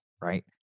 right